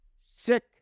sick